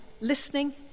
Listening